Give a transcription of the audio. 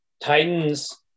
Titans